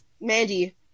Mandy